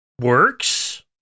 works